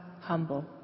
humble